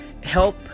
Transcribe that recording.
help